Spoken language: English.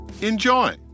Enjoy